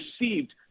received